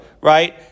right